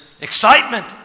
excitement